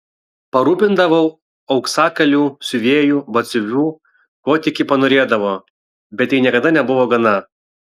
parūpindavau auksakalių siuvėjų batsiuvių ko tik ji panorėdavo bet jai niekada nebuvo gana